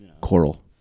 coral